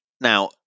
Now